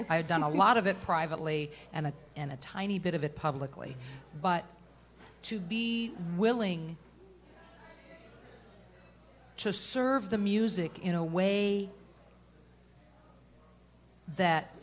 i've done a lot of it privately and a and a tiny bit of it publicly but to be willing to serve the music in a way that